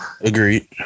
Agreed